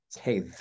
hey